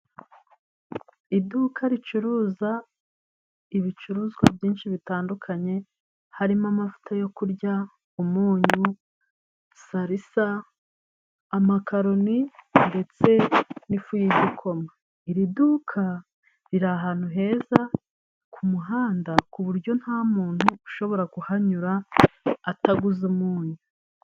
Iduka ricuruza ibicuruzwa byinshi bitandukanye harimo amavuta yo kurya umunyu salisa amakaroni ndetse n'ifu y'igikoma iri duka riri ahantu heza kumuhanda kuburyo nta muntu ushobora kuhanyura ataguze umunyu.